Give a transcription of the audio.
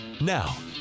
Now